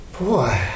Boy